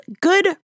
good